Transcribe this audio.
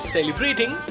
Celebrating